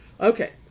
Okay